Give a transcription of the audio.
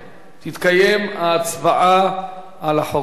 תתקיים ההצבעה על החוק הזה.